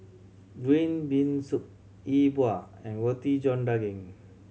green bean soup E Bua and Roti John Daging